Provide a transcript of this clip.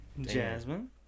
Jasmine